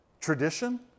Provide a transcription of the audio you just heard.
tradition